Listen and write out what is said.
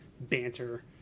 banter